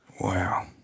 Wow